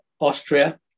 Austria